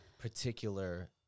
particular